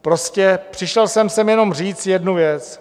Prostě přišel jsem sem jenom říct jednu věc.